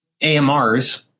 amrs